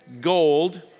Gold